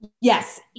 Yes